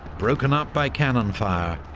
broken up by cannon fire,